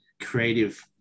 creative